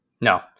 No